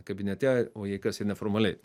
kabinete o jei kas ir neformaliai